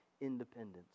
independence